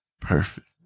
perfect